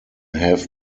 have